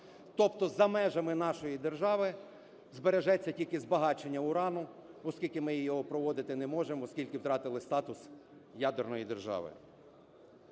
Тобто за межами нашої держави збережеться тільки збагачення урану, оскільки ми його проводити не можемо, оскільки втратили статус ядерної держави.